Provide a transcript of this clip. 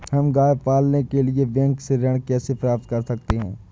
हम गाय पालने के लिए बैंक से ऋण कैसे प्राप्त कर सकते हैं?